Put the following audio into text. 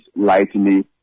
lightly